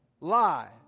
lie